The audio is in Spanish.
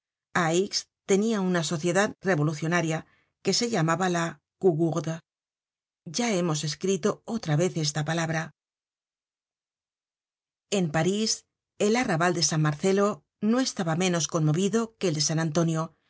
tenia una sociedad revolucionaria que se llamaba la cougourde ya hemos escrito otra vez esta palabra content from google book search generated at en parís el arrabal de san marcelo no estaba menos conmovido que el de san antonio